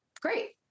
Great